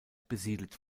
besiedelt